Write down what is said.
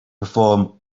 perform